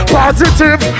positive